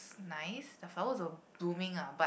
nice the flowers were blooming lah but